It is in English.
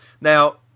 Now